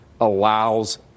allows